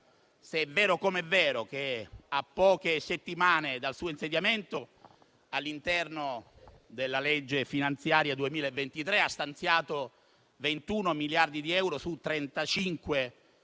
se è vero com'è vero che a poche settimane dal suo insediamento, all'interno della legge di bilancio 2023, ha stanziato 21 miliardi di euro su 35 complessivi,